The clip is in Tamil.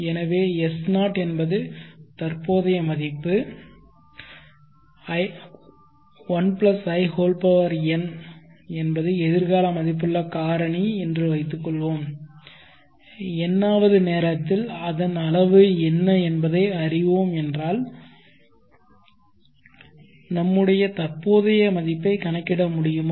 எனவே S0 என்பது தற்போதைய மதிப்பு மதிப்பு 1in என்பது எதிர்கால மதிப்புள்ள காரணி என்று வைத்துக்கொள்வோம் n வது நேரத்தில் அதன் அளவு என்ன என்பதை அறிவோம் என்றால் நம்முடைய தற்போதைய மதிப்பை கணக்கிட முடியுமா